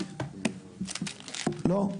לא?